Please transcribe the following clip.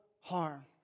harm